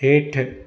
हेठि